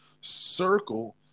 circle